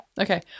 Okay